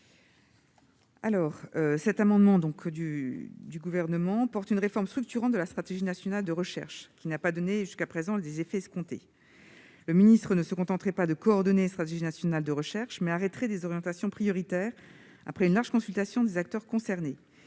Avec l'amendement n° 231, le Gouvernement propose une réforme structurante de la stratégie nationale de recherche, laquelle n'a pas eu, jusqu'à présent, les effets escomptés. Le ministre ne se contenterait pas de coordonner cette stratégie : il arrêterait des orientations prioritaires après une large consultation des acteurs concernés.